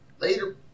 later